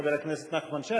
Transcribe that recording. חבר הכנסת נחמן שי,